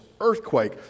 earthquake